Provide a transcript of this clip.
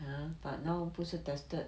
!huh! but now 不是 tested